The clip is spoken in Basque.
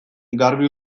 garbi